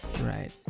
Right